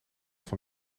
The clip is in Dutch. van